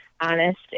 honest